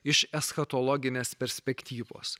iš eschatologinės perspektyvos